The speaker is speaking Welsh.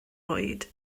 oed